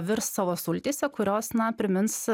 virs savo sultyse kurios na primins